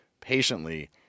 patiently